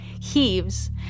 heaves